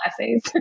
essays